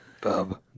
Bub